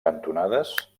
cantonades